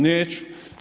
Neću.